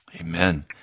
Amen